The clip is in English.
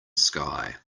sky